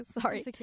sorry